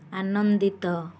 ଆନନ୍ଦିତ